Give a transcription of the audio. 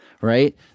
Right